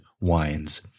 wines